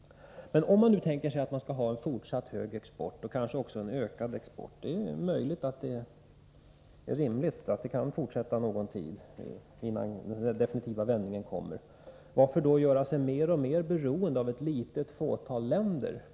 Om man nu tänker sig en fortsatt hög export och kanske också en ökad — det är möjligt att det kan fortsätta någon tid innan den definitiva vändningen kommer — varför då göra sig mer och mer beroende av ett litet fåtal länder?